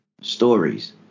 stories